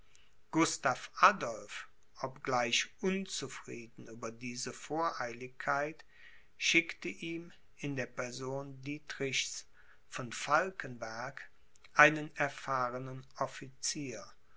gustav adolph obgleich unzufrieden über diese voreiligkeit schickte ihm in der person dietrichs von falkenberg einen erfahrenen officier